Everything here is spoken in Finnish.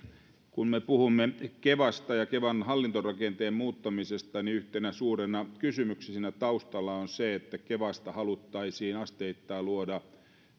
kun me puhumme kevasta ja kevan hallintorakenteen muuttamisesta yhtenä suurena kysymyksenä siinä taustalla on se että kevasta haluttaisiin asteittain luoda